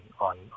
on